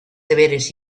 deberes